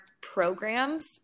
programs